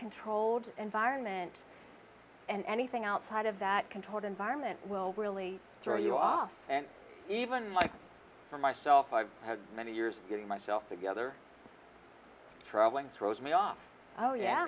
controlled environment and anything outside of that controlled environment will really throw you off and even like for myself i've had many years getting myself together travelling throws me off oh yeah